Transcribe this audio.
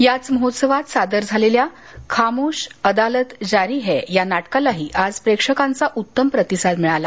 याच महोत्सवात सादर झालेल्या खामोष अदालत जारी है या नाटकालाही आज प्रेक्षकांचा उत्तम प्रतिसाद मिळाला